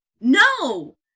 No